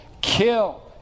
kill